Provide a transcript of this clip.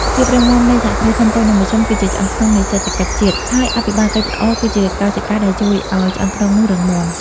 ភាពរឹងមាំនៃ សហគ្រាសធុនតូច និងមធ្យម គឺជាឆ្អឹងខ្នងនៃសេដ្ឋកិច្ចជាតិ ហើយអភិបាលកិច្ចល្អគឺជាកោសិកាដែលជួយឱ្យឆ្អឹងខ្នងនោះរឹងមាំ។